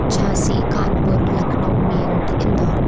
झाँसी कानपूर लखनऊ मेरठ इंदौर